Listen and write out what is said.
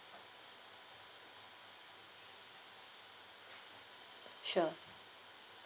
sure